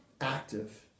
active